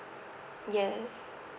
yes